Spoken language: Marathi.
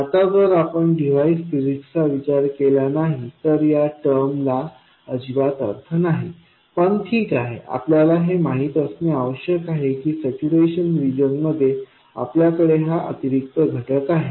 आता जर आपण डिव्हाइस फिजिक्स चा विचार नाही केला तर या टर्म ला अजिबात अर्थ नाही पण ठीक आहे आपल्याला हे माहित असणे आवश्यक आहे की सॅच्यूरेशन रिजन मध्ये आपल्याकडे हा अतिरिक्त घटक आहे